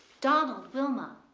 donald, wilma!